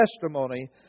testimony